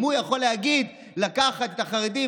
אם הוא יכול להגיד לקחת את החרדים,